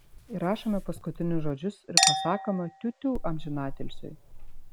įrašome paskutinius žodžius ir pasakome tiutiū amžinatilsiui